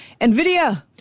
NVIDIA